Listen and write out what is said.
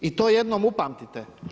I to jednom upamtite.